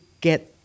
get